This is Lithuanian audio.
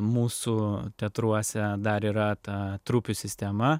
mūsų teatruose dar yra ta trupių sistema